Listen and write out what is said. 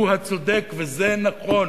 הוא הצודק וזה נכון.